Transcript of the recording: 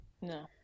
No